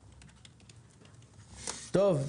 טוב.